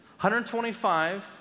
125